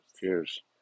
Cheers